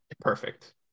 Perfect